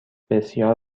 بسیار